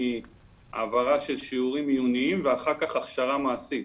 מהעברה של שיעורים עיוניים ואחר כך הכשרה מעשית,